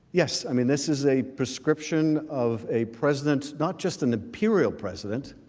yes, i mean this is a prescription of a president's not just an imperial president